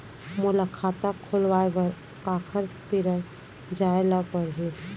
मोला खाता खोलवाय बर काखर तिरा जाय ल परही?